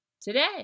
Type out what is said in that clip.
today